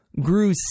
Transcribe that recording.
grew